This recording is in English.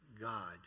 God